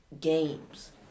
games